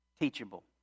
teachable